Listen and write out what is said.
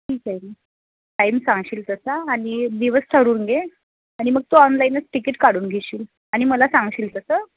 ठीक आहे ना टाईम सांगशील तसा आणि दिवस ठरवून घे आणि मग तू ऑनलाईनच तिकीट काढून घेशील आणि मला सांगशील तसं